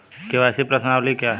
KYC प्रश्नावली क्या है?